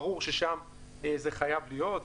ברור ששם זה חייב להיות.